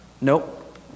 nope